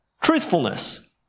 Truthfulness